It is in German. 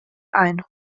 ein